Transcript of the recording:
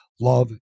love